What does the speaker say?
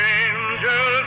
angels